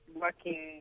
working